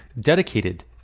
dedicated